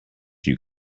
you